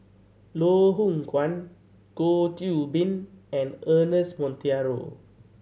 Loh Hoong Kwan Goh Qiu Bin and Ernest Monteiro